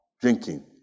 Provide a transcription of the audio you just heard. drinking